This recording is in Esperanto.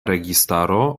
registaro